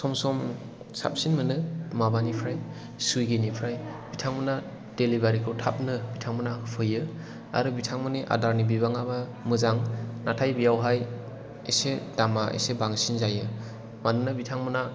सम सम साबसिन मोनो माबानिख्रुइ सुविगि निफ्राय बिथांमोना डिलिभारि खौ थाबनो बिथांमोना होफैयो आरो बिथांमोननि आदारनि बिबाङाबो मोजां नाथाय बेयावहाय एसे दामआ एसे बांसिन जायो मानोना बिथांमोना